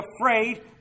afraid